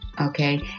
okay